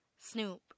Snoop